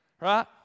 Right